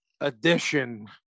edition